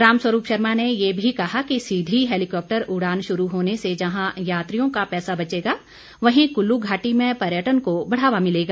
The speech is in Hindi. राम स्वरूप शर्मा ने ये भी कहा कि सीधी हैलीकॉप्टर उड़ान शुरू होने से जहां यात्रियों का पैसा बचेगा वहीं कुल्लू घाटी में पर्यटन को बढ़ावा मिलेगा